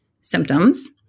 symptoms